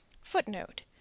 Footnote